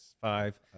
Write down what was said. five